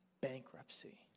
bankruptcy